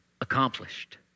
accomplished